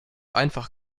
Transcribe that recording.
einfach